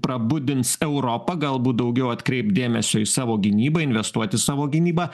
prabudins europą galbūt daugiau atkreipt dėmesio į savo gynybą investuot į savo gynybą